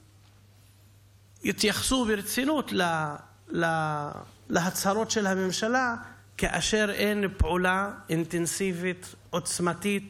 יתייחסו ברצינות להצהרות של הממשלה כאשר אין פעולה אינטנסיבית עוצמתית